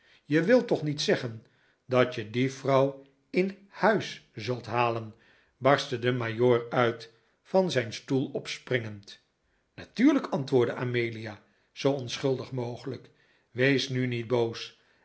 je wilt toch niet zeggen dat je die vrouw in huts zult halen barstte de majoor uit van zijn stoel opspringend natuurlijk antwoordde amelia zoo onschuldig mogelijk wees nu niet boos